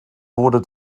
wurde